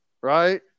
right